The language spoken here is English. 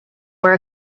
were